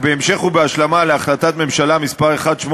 בקריאה ראשונה.